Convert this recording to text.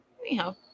Anyhow